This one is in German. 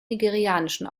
nigerianischen